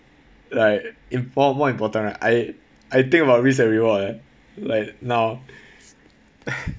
like impo~ more important right I I think about risk and reward eh like now